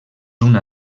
una